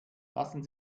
lassen